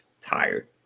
tired